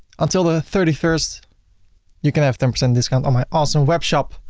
until the thirty first you can have ten percent discount on my awesome webshop,